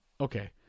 Okay